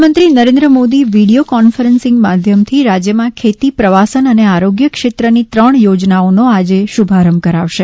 પ્રધાનમંત્રી Narendra Modi video conferencing માધ્યમથી રાજ્યમાં ખેતી પ્રવાસન અને આરોગ્ય ક્ષેત્રની ત્રણ યોજનાઓનો આજે શુભારંભ કરાવશે